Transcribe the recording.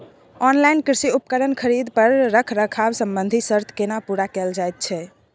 Online कृषि उपकरण खरीद पर रखरखाव संबंधी सर्त केना पूरा कैल जायत छै?